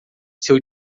seu